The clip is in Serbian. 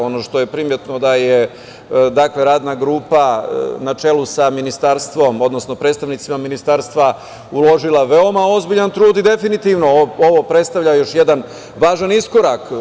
Ono što je primetno, da je Radna grupa na čelu sa Ministarstvom, odnosno predstavnicima Ministarstva uložila veoma ozbiljan trud i definitivno ovo predstavlja još jedan važan iskorak.